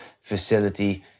facility